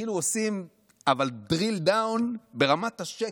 כאילו עושים drill down ברמת השקל,